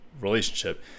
relationship